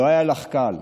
לא היה לך קל.